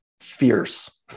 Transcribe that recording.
fierce